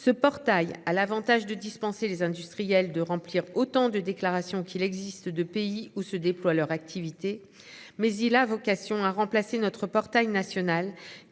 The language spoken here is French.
Ce portail a l'Avantage de dispenser les industriels de remplir autant de déclarations qu'il existe deux pays où se déploient leur activité. Mais il a vocation à remplacer notre portail national